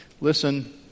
Listen